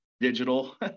digital